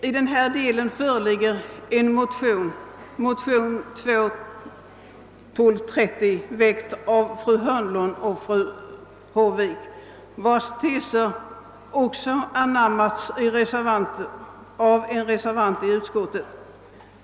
I denna del föreligger en motion — IL: 1230 — av fru Hörnlund och fru Håvik — vilkas teser också anammats av en reservant i utskottet.